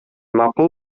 макул